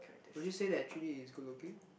would you say that Jun-Yi is good looking